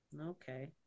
Okay